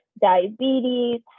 diabetes